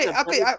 okay